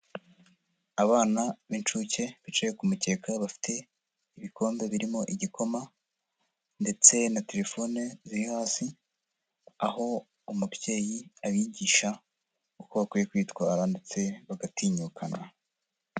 Abana b'incuke bicaye ku mukeka bafite ibikombe birimo igikoma, ndetse na telefone ziri hasi, aho umubyeyi abigisha uko bakwiye kwitwara ndetse bagatinyukana.